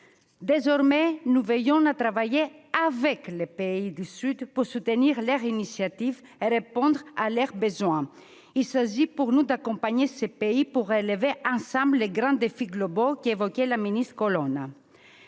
Désormais, nous veillons à travailler avec les pays du Sud pour soutenir leurs initiatives et répondre à leurs besoins. Il s'agit pour nous d'accompagner ces pays pour relever ensemble les grands défis globaux qu'évoquait Mme la ministre Colonna.